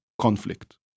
conflict